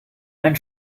ein